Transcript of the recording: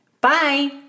Bye